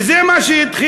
וזה מה שהתחיל,